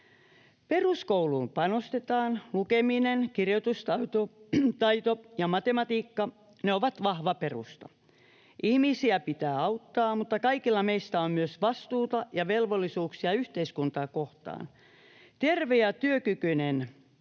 Peruskouluun panostetaan. Lukeminen, kirjoitustaito ja matematiikka ovat vahva perusta. Ihmisiä pitää auttaa, mutta kaikilla meistä on myös vastuuta ja velvollisuuksia yhteiskuntaa kohtaan. Terve ja työkykyinen